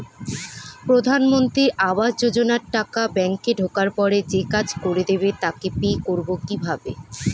প্রধানমন্ত্রী আবাস যোজনার টাকা ব্যাংকে ঢোকার পরে যে কাজ করে দেবে তাকে পে করব কিভাবে?